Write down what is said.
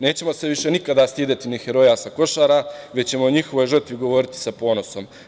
Nećemo se više nikada stideti ni heroja sa Košara, već ćemo o njihovoj žrtvi govoriti sa ponosom.